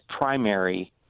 primary